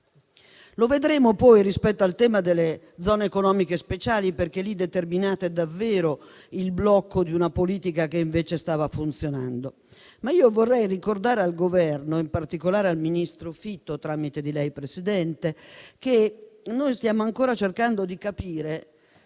Lo vedremo poi rispetto al tema delle zone economiche speciali, perché in quel caso determinate davvero il blocco di una politica che invece stava funzionando. Vorrei però ricordare al Governo, in particolare al ministro Fitto, tramite lei, signor Presidente, che noi stiamo ancora cercando di capire